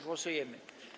Głosujemy.